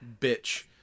bitch